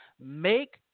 Make